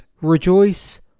Rejoice